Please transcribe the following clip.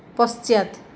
पश्चात्